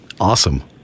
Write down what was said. Awesome